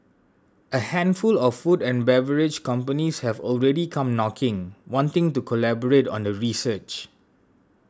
a handful of food and beverage companies have already come knocking wanting to collaborate on the research